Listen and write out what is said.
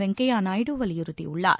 வெங்கைய நாயுடு வலியுறுத்தியுள்ளார்